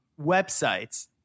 websites